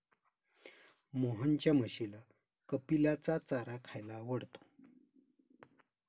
मोहनच्या म्हशीला कपिलाचा चारा खायला आवडतो